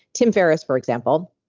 tim ferris, for example,